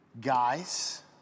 guys